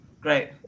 Great